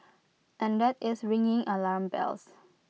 and that is ringing alarm bells